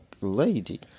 lady